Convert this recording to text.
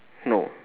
no